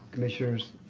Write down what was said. commissioners,